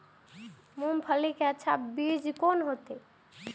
मूंगफली के अच्छा बीज कोन होते?